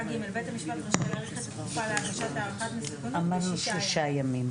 (ג) בית המשפט רשאי להאריך את התקופה להגשת הערכת מסוכנות בשישה ימים.